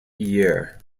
year